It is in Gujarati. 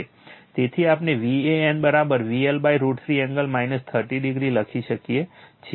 તેથી આપણે Van VL√ 3 એંગલ 30o લખી શકીએ છીએ